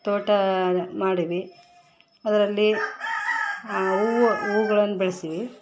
ತೋಟ ಮಾಡಿವಿ ಅದರಲ್ಲಿ ಹೂವು ಹೂವುಗಳನ್ ಬೆಳ್ಸಿವಿ